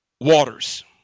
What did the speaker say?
waters